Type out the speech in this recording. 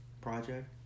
project